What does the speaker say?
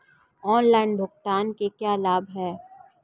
Online भुगतान के क्या लाभ हैं?